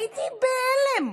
הייתי בהלם.